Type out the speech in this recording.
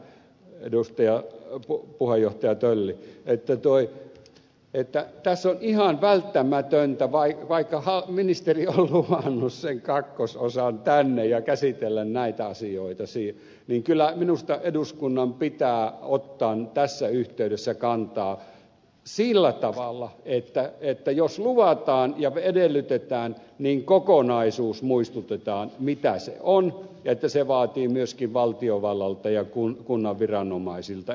tämähän merkitsee sitä puheenjohtaja tölli että tässä ihan välttämätöntä vai vain vaikka ministeri on luvannut sen kakkososan tänne ja käsitellä näitä asioita siinä niin kyllä minusta eduskunnan pitää välttämättä ottaa tässä yhteydessä kantaa sillä tavalla että jos luvataan ja edellytetään niin kokonaisuus muistetaan mitä se on ja että se vaatii myöskin valtiovallalta ja kunnan viranomaisilta erityisiä toimenpiteitä